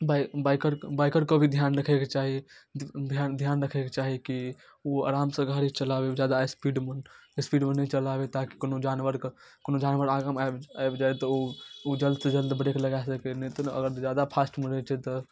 बाइ biker biker को भी ध्यान रखैके चाही ध्यान ध्यान रखैके चाही कि उ आरामसँ गाड़ी चलाबै जादा स्पीडमे स्पीडमे नहि चलाबै ताकि कोनो जानवरके कोनो जानवर आगाँमे आबि आबि जाइ तऽ ओ जल्दसँ जल्द ब्रेक लगा सकै अगर उ जादा फास्टमे रहै छै तऽ